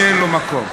שאין לו מקום.